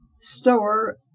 store